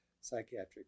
psychiatric